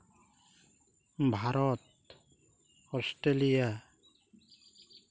Bharat Australia